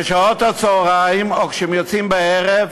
בשעות הצהריים, או כשהם יוצאים בערב,